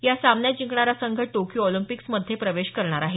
या सामन्यात जिंकणारा संघ टोकियो ऑलिंपिक्समध्ये प्रवेश करणार आहे